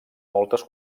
moltes